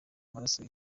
maraso